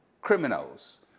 criminals